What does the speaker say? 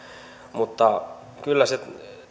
mutta se